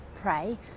pray